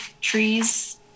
trees